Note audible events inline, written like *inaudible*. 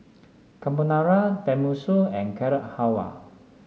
*noise* Carbonara Tenmusu and Carrot Halwa